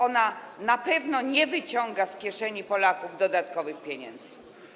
Ona na pewno nie wyciąga z kieszeni Polaków dodatkowych pieniędzy.